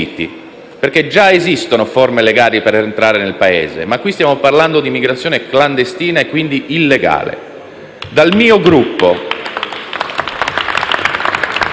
Già esistono forme legali per entrare nel Paese, ma qui stiamo parlando di immigrazione clandestina e quindi illegale. *(Applausi